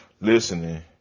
listening